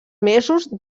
mesos